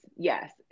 Yes